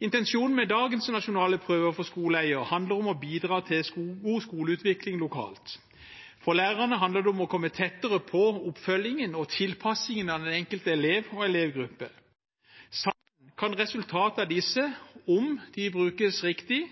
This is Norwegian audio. Intensjonen med dagens nasjonale prøver for skoleeier handler om å bidra til god skoleutvikling lokalt. For lærerne handler det om å komme tettere på oppfølgingen og tilpasningen av den enkelte elev og elevgruppe. Samlet kan resultatet av disse, om de brukes riktig,